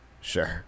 Sure